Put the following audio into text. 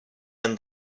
and